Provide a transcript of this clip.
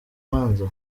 manza